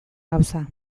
gauza